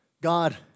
God